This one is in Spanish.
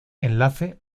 enlace